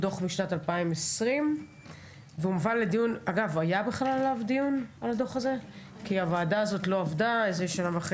דוח שנתי 70ב. אני אחליף את יו"ר הוועדה שיושב שבעה על אמו.